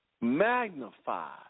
magnified